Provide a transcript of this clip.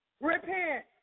repent